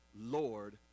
Lord